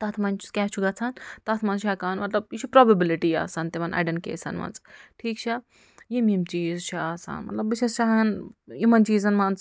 تَتھ منٛز کیٛاہ چھُ گژھان تَتھ منٛز چھِ ہیٚکان مطلب یہِ چھُ پرٛوبیبٕلٹی آسان تِمَن اَڈیٚن کیسَن منٛز ٹھیٖک چھا یِم یِم چیٖز چھِ آسان مطلب بہٕ چھیٚس چاہان یِمَن چیٖزَن منٛز